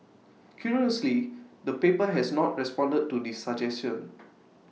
curiously the paper has not responded to this suggestion